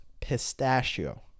Pistachio